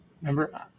Remember